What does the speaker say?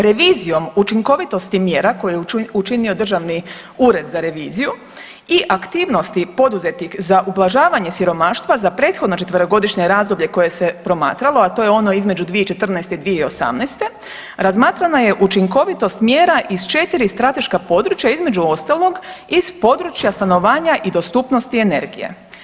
Revizijom učinkovitosti mjera koje je učinio Državni ured za reviziju i aktivnosti poduzetih za ublažavanje siromaštva za prethodno četverogodišnje razdoblje koje se promatralo, a to je ono između 2014.-2018., razmatrana je učinkovitost mjera iz četiri strateška područja, između ostalog iz područja stanovanja i dostupnosti energije.